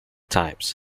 types